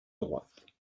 droite